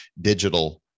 digital